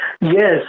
Yes